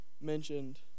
mentioned